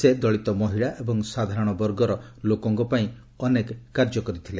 ତେବେ ଦଳିତ ମହିଳା ଏବଂ ସାଧାରଣ ବର୍ଗର ଲୋକଙ୍କ ପାଇଁ ଅନେକ କାର୍ଯ୍ୟ କରିଥିଲେ